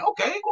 okay